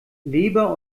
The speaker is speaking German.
leber